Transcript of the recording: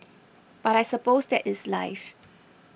but I suppose that is life